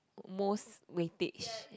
most wastage